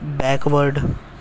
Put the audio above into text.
back ward